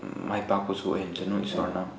ꯃꯥꯏ ꯄꯥꯛꯄꯁꯨ ꯑꯣꯏꯍꯟꯁꯅꯣ ꯏꯁꯣꯔꯅ